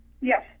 Yes